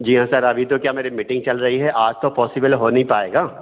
जी हाँ सर अभी तो क्या मेरी मीटिन्ग चल रही है आज तो पॉसिबल हो नहीं पाएगा